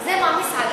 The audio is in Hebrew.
זה מעמיס עליה,